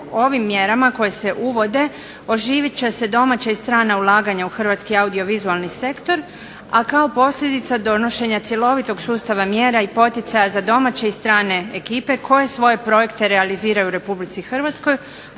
ovim mjerama koje se uvode oživit će se domaća i strana ulaganja u hrvatski audiovizualni sektor, a kao posljedica donošenja cjelovitog sustava mjera i poticaja za domaće i strane ekipe koje svoje projekte realiziraju u RH koristeći